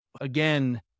again